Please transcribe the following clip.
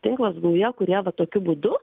tinklas gauja kurie va tokiu būdu